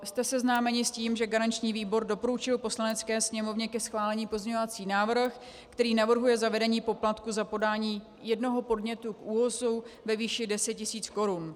Jste seznámeni s tím, že garanční výbor doporučil Poslanecké sněmovně ke schválení pozměňovací návrh, který navrhuje zavedení poplatku za podání jednoho podnětu k ÚOHS ve výši deset tisíc korun.